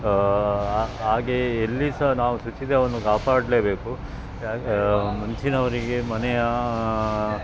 ಹಾಗೆಯೇ ಎಲ್ಲಿ ಸಹ ನಾವು ಶುಚಿತ್ವವನ್ನು ಕಾಪಾಡಲೇಬೇಕು ಮುಂಚಿನವರಿಗೆ ಮನೆಯ